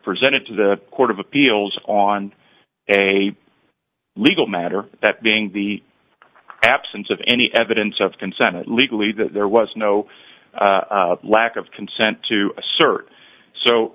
presented to the court of appeals on a legal matter that being the absence of any evidence of consent legally that there was no lack of consent to assert so